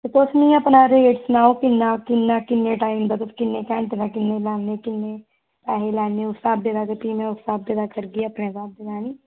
ते तुस मिगी अपना रेट सनाओ किन्ना किन्ना किन्ने टाईम तगर किन्ने घैंटे दा किन्ने लैन्ने किन्ने पैसे लैन्ने उस स्हाबै दा ते भी में उस स्हाबै दा करगे भी अपने स्हाबै दा ऐह्नीं